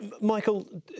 Michael